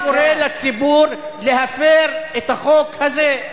אני קורא לציבור להפר את החוק הזה.